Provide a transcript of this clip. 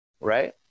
right